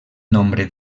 nombre